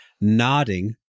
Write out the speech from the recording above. nodding